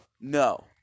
no